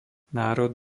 národ